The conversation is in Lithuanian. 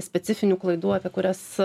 specifinių klaidų apie kurias